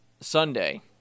Sunday